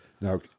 Now